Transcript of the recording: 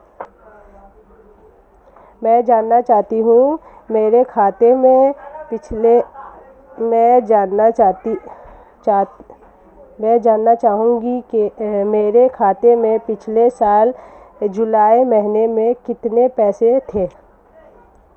मैं जानना चाहूंगा कि मेरे खाते में पिछले साल जुलाई माह में कितने पैसे थे?